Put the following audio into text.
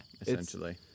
Essentially